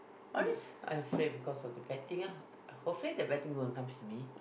all this I'm afraid because of the bad thing ah hopefully the bad thing won't come to me